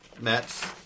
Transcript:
Mets